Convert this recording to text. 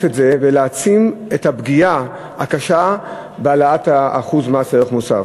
בלהציף את זה ולהעצים את הפגיעה הקשה שבהעלאת אחוז מס הערך המוסף.